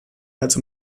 als